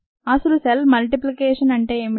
అసలు cell multiplication అంటే ఏమిటి